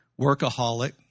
workaholic